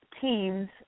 teams